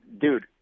dude